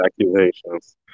accusations